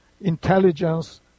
intelligence